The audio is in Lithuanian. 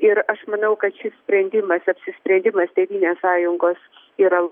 ir aš maniau kad šis sprendimas apsisprendimas tėvynės sąjungos yra